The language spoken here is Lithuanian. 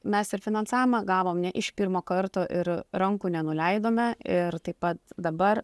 mes ir finansavimą gavom ne iš pirmo karto ir rankų nenuleidome ir taip pat dabar